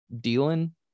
dealing